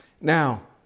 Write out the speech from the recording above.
Now